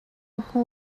hmu